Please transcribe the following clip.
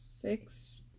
Six